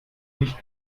nicht